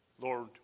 Lord